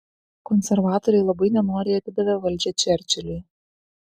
konservatoriai labai nenoriai atidavė valdžią čerčiliui